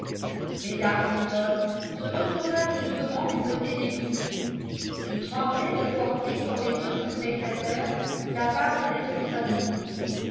mais arbuton se retourna brusquement du côté de kitty qui tremblait de porter comme les autres spectateurs sa part de responsabilité